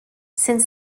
since